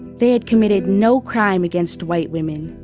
they had committed no crime against white women.